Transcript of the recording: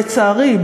לצערי,